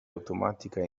automatica